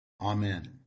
Amen